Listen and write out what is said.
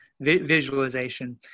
visualization